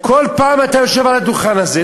כל פעם אתה יושב על הדוכן הזה.